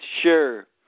sure